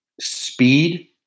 speed